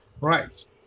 right